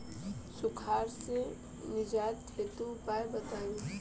सुखार से निजात हेतु उपाय बताई?